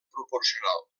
proporcional